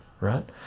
right